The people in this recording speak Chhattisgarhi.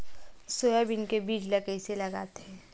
सोयाबीन के बीज ल कइसे लगाथे?